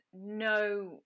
no